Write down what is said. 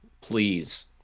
please